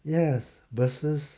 yes versus